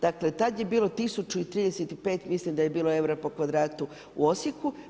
Dakle, tad je bilo 1035 mislim da je bilo eura po kvadratu u Osijeku.